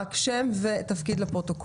רק לומר שם ותפקיד לפרוטוקול.